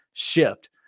shift